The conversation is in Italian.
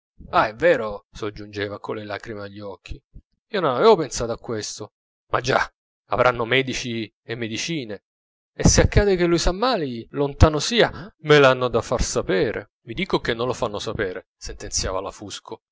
ah è vero soggiungeva con le lagrime agli occhi io non aveva pensato a questo ma già avranno medici e medicine e se accade che lui s'ammali lontano sia me l'hanno da far sapere vi dico che non lo fanno sapere sentenziava la fusco